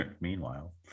Meanwhile